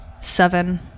Seven